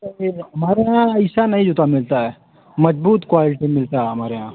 sir ये हमारे यहाँ ऐसा नहीं जूता मिलता है मजबूत क्वालटी मिलता है हमारे यहाँ